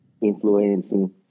influencing